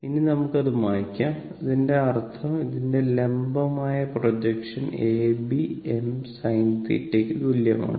ഇനി നമുക്ക് അത് മായ്ക്കാം അതിന്റെ അർത്ഥം ഇതിന്റെ ലംബമായ projection A B m sin θ ക്കു തുല്യമാണ്